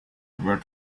word